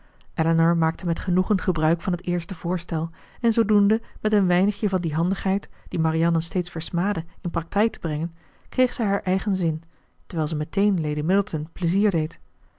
elinor maakte met genoegen gebruik van het eerste voorstel en zoodoende met een weinigje van die handigheid die marianne steeds versmaadde in praktijk te brengen kreeg zij haar eigen zin terwijl ze meteen lady middleton pleizier deed